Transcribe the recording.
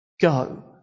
Go